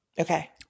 Okay